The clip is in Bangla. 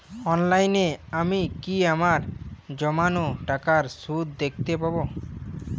অনলাইনে আমি কি আমার জমানো টাকার সুদ দেখতে পবো?